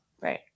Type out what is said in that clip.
Right